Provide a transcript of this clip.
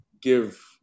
give